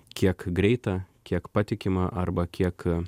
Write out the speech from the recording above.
kiek greitą kiek patikimą arba kiek